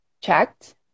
checked